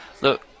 Look